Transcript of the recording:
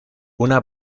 una